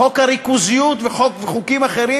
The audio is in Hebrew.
חוק הריכוזיות וחוקים אחרים,